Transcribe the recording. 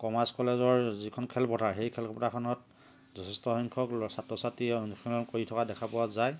commerce কলেজৰ যিখন খেলপথাৰ সেই খেলপথাৰখনত যথেষ্ট সংখ্যক ছাত্ৰ ছাত্ৰীয়ে অনুশীলন কৰি থকা দেখা পোৱা যায়